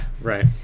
Right